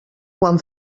quan